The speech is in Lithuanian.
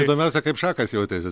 įdomiausia kaip šachas jautėsi